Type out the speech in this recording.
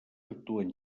actuen